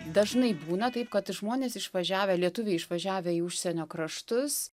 dažnai būna taip kad žmonės išvažiavę lietuviai išvažiavę į užsienio kraštus